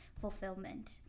fulfillment